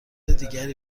دیگری